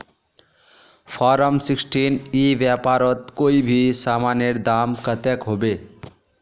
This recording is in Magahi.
फारम सिक्सटीन ई व्यापारोत कोई भी सामानेर दाम कतेक होबे?